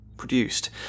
produced